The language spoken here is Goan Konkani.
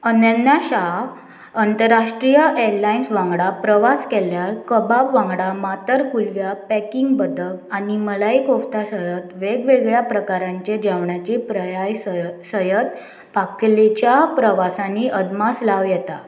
अनन्या शाह अंतरराष्ट्रीय एरलायन्स वांगडा प्रवास केल्यार कबाब वांगडा माथर कुलव्या पॅकिंग बदक आनी मलाय कोफ्ता सयत वेगवेगळ्या प्रकारांचे जेवणाचे प्रयाय सय सयत पाककलेच्या प्रवासांनी अदमास लाव येता